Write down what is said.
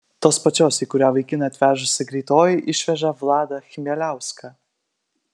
tos pačios į kurią vaikiną atvežusi greitoji išveža vladą chmieliauską